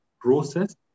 process